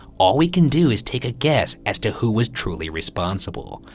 all we can do is take a guess as to who was truly responsible.